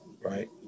right